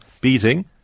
beating